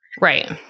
Right